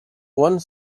one